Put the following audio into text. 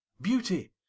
beauty